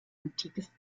antikes